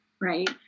right